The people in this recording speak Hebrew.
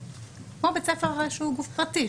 כמו בית ספר שהוא גוף פרטי,